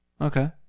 Okay